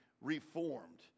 reformed